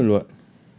that's normal [what]